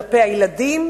כלפי הילדים,